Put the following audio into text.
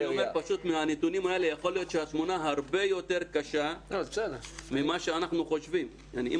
פשוט מנתונים האלה יכול להיות שהתמונה הרבה יותר קשה ממה שאנחנו חושבים.